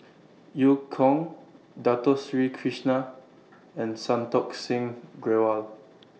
EU Kong Dato Sri Krishna and Santokh Singh Grewal